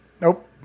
Nope